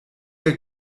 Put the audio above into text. der